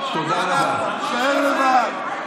בושה וחרפה.